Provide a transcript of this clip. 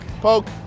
poke